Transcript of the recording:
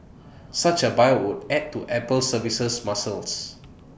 such A buyout would add to Apple's services muscles